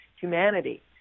humanity